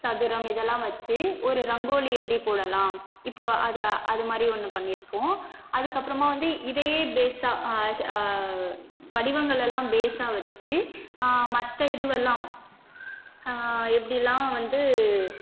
சதுரம் இதெல்லாம் வைச்சி ஒரு ரங்கோலி எப்படி போடலாம் இப்போது அது அதுமாதிரி ஒன்று பண்ணியிருக்கோம் அதுக்கப்புறமா வந்து இதையே பேஸ்ஸாக வடிவங்களைலாம் பேஸ்ஸாக வைச்சி மற்ற இதுவெல்லாம் எப்படிலாம் வந்து